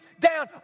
down